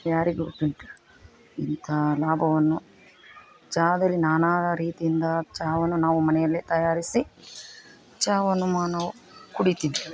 ಯಾರಿಗೆ ಗೊತ್ತುಂಟು ಇಂಥ ಲಾಭವನ್ನು ಚಹಾದಲ್ಲಿ ನಾನಾ ರೀತಿಯಿಂದ ಚಹಾವನ್ನು ನಾವು ಮನೆಯಲ್ಲೇ ತಯಾರಿಸಿ ಚಹಾವನ್ನು ಮಾನು ಕುಡಿತಿದ್ದೇವೆ